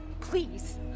please